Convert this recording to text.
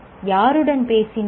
யாருடன் பேசினார்